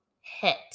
hit